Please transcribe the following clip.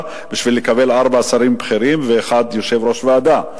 בשביל לקבל ארבעה שרים בכירים ואחד יושב-ראש ועדה.